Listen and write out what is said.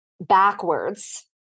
backwards